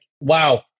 wow